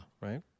Right